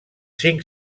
cinc